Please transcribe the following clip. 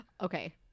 Okay